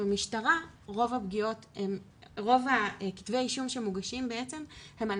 במשטרה רוב כתבי האישום שמוגשים הם על